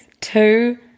two